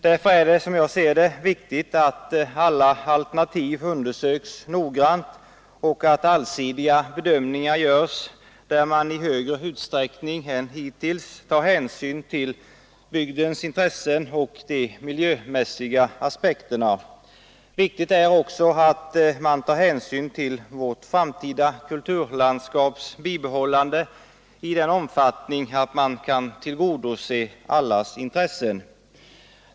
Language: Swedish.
Därför är det, som jag ser det, viktigt att alla alternativ undersöks noggrant och att allsidiga bedömningar görs, där man i större utsträckning än hittills tar hänsyn till bygdens intressen och de miljömässiga aspekterna. Viktigt är också att man tar hänsyn till vårt framtida kulturlandskaps bibehållande i sådan omfattning att allas intressen kan tillgodoses.